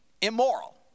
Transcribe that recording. immoral